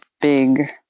big